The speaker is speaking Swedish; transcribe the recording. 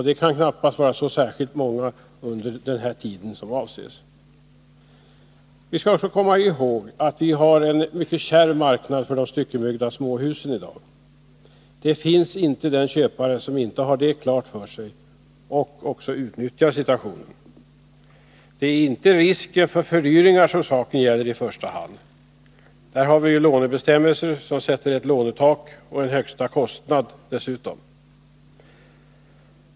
Det kan knappast vara så särskilt många under Vi skall också komma ihåg att vi i dag har en mycket kärv marknad för de styckebyggda småhusen. Det finns inte den köpare som inte har detta klart för sig och också utnyttjar situationen. Det är inte risken för fördyringar som saken gäller i första hand. Där har vi ju lånebestämmelser som sätter ett lånetak och en högsta kostnad dessutom.